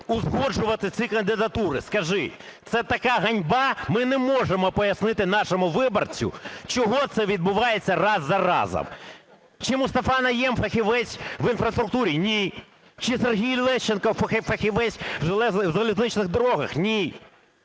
узгоджувати ці кандидатури, скажіть? Це така ганьба. Ми не можемо пояснити нашому виборцю, чого це відбувається раз за разом. Чи Мустафа Найєм фахівець в інфраструктурі? Ні. Чи Сергій Лещенко фахівець в залізничних дорогах? Ні.